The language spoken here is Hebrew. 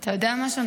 אתה יודע משהו?